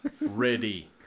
ready